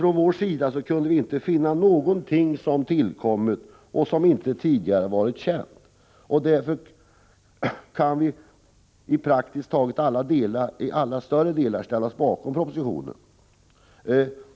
Från vår sida kunde vi inte finna att något som inte tidigare varit känt hade tillkommit. Därför kan vi i praktiskt taget alla större delar ställa oss bakom propositionen.